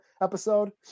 episode